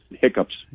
hiccups